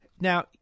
Now